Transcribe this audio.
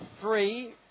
three